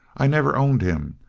i never owned him.